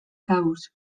kabuz